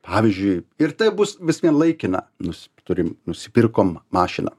pavyzdžiui ir taip bus visvien laikina nus turim nusipirkom mašiną